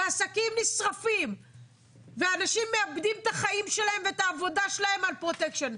ועסקים נשרפים ואנשים מאבדים את החיים שלהם ואת העבודה שלהם על פרוטקשן,